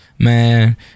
man